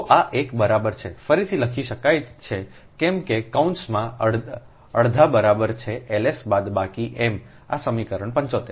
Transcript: તો આ એક બરાબર છે ફરીથી લખી શકાય છે કેમ કે L કૌંસ માં અડધા બરાબર છે Ls બાદબાકી M આ સમીકરણ 75